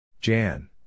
Jan